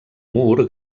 mur